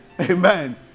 Amen